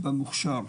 במוכש"ר,